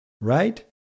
Right